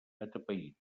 atapeït